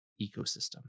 ecosystem